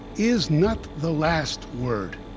is not the last word,